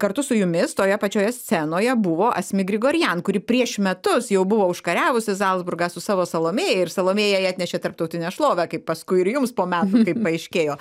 kartu su jumis toje pačioje scenoje buvo asmik grigorian kuri prieš metus jau buvo užkariavusi zalcburgą su savo salomėja ir salomėja jai atnešė tarptautinę šlovę kaip paskui ir jums po metų kaip paaiškėjo